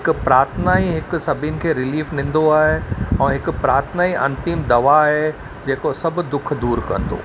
हिकु प्रार्थना ई हिक सभिनि खे रिलीफ़ ॾींदो आहे ऐं हिकु प्रार्थना ई अंतिम दवा आहे जेको सभु दुख दूर कंदो